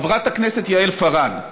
חברת הכנסת יעל פארן,